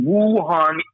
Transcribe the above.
Wuhan